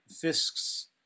Fisk's